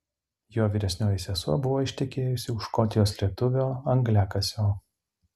jo vyresnioji sesuo buvo ištekėjusi už škotijos lietuvio angliakasio